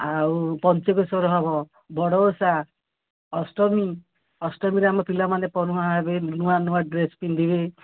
ଆଉ ପଞ୍ଚକେଶ୍ୱର ହେବ ବଡ଼ଓଷା ଅଷ୍ଟମୀ ଅଷ୍ଟମୀରେ ଆମ ପିଲାମାନେ ପଢୁଆଁ ହେବେ ନୂଆ ନୂଆ ଡ୍ରେସ୍ ପିନ୍ଧିବେ